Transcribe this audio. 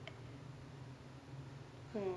hmm